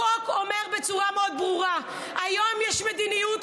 החוק אומר בצורה מאוד ברורה: היום יש מדיניות,